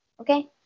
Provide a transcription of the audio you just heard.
Okay